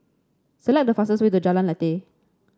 select the fastest way to Jalan Lateh